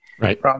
Right